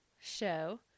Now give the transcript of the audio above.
show